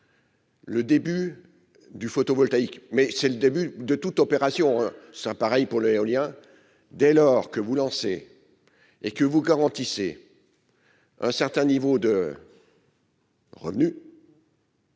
Le début du photovoltaïque, mais c'est le début de toute opération 5, pareil pour l'éolien dès lors que vous lancez et que vous garantissez un certain niveau de. Vous